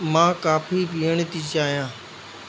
मां काफी पीअण थी चाहियां